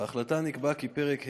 בהחלטה נקבע כי פרק ה',